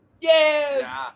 yes